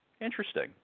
Interesting